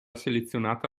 selezionata